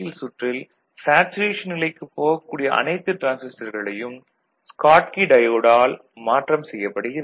சுற்றில் சேச்சுரேஷன் நிலைக்குப் போகக் கூடிய அனைத்து டிரான்சிஸ்டர்களையும் ஸ்காட்கி டயோடால் மாற்றம் செய்யப்படுகிறது